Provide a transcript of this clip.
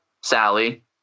Sally